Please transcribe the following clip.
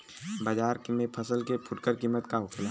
बाजार में फसल के फुटकर कीमत का होखेला?